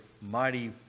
mighty